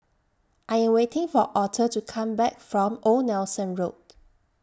I Am waiting For Auther to Come Back from Old Nelson Road